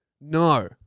No